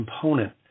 component